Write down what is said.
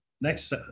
next